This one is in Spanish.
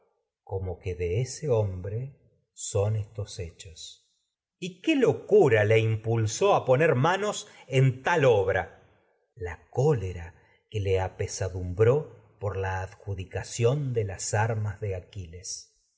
como que de ese hombre son estos hechos ulises y qué locura le impulsó a poner manos en tal obra minerva la cólera que le apesadumbró por la ad judicación de las armas de ulises aquiles